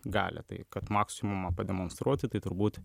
gali tai kad maksimumą pademonstruoti tai turbūt